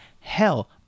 Hell